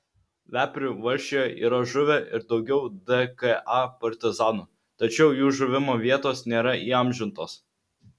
veprių valsčiuje yra žuvę ir daugiau dka partizanų tačiau jų žuvimo vietos nėra įamžintos